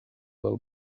del